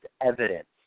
evidence